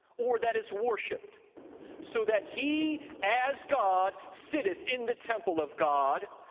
or that is worshipped so that he as god sitteth in the temple of god,